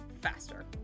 faster